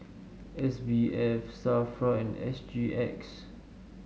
S B F Safra and S G X